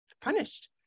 punished